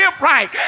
right